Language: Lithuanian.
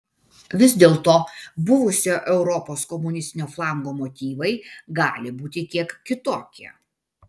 vis dėlto buvusio europos komunistinio flango motyvai gali būti kiek kitokie